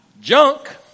junk